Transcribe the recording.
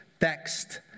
text